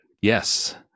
Yes